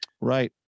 right